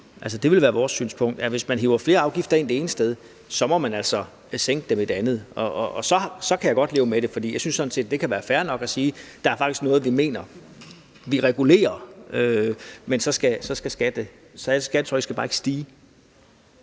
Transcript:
det vil være vores synspunkt, at hvis man hiver flere afgifter ind det ene sted, må man altså sænke dem et andet sted, og så kan jeg godt leve med det, for jeg synes, at det kan være fair nok at sige, at det faktisk er noget, vi mener. Vi regulerer, men så skal skattetrykket bare ikke stige.